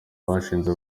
bashinze